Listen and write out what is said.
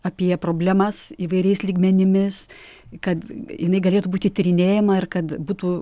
apie problemas įvairiais lygmenimis kad jinai galėtų būti tyrinėjama ir kad būtų